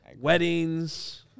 Weddings